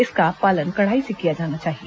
इसका पालन कड़ाई से किया जाना चाहिए